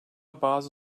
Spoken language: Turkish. bazı